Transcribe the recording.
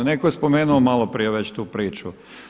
Netko je spomenuo malo prije već tu priču.